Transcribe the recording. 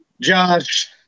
Josh